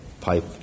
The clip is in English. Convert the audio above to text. pipe